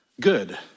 good